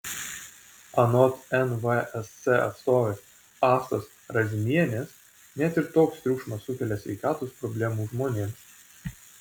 anot nvsc atstovės astos razmienės net ir toks triukšmas sukelia sveikatos problemų žmonėms